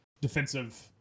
defensive